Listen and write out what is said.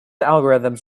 algorithms